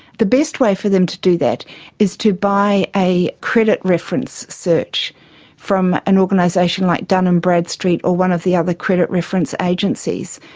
the best way for them to do that is to buy a credit reference search from an organisation like dun and bradstreet or one of the other credit reference agencies.